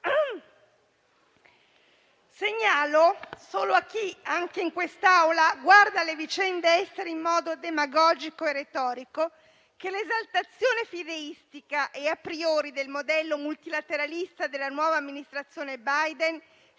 Segnalo solo a chi anche in quest'Aula guarda le vicende estere in modo demagogico e retorico che l'esaltazione fideistica e *a priori* del modello multilateralista della nuova amministrazione Biden si